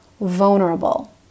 vulnerable